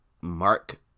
Mark